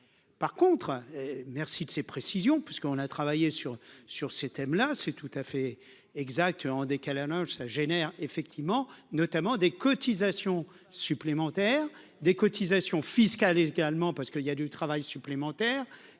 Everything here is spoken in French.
par contre, merci de ces précisions, puisqu'on a travaillé sur sur ces thèmes-là, c'est tout à fait exact en décalage, ça génère effectivement notamment des cotisations supplémentaires des cotisations fiscales également parce qu'il y a du travail supplémentaire